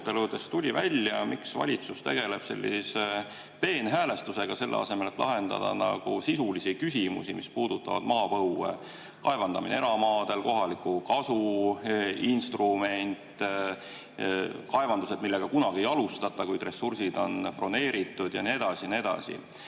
tuli välja, miks valitsus tegeleb peenhäälestusega, selle asemel et lahendada sisulisi küsimusi, mis puudutavad maapõue: kaevandamine eramaadel, kohaliku kasu instrument, kaevandused, [kus kaevandamist] kunagi ei alustata, kuid ressursid on broneeritud, ja nii edasi